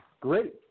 great